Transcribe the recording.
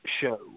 show